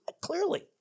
clearly